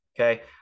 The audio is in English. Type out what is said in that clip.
Okay